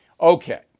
Okay